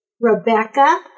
Rebecca